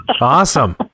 Awesome